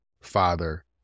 father